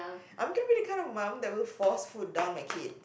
I'm trying to be that kind of mum that will force food down my kid